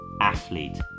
athlete